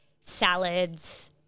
salads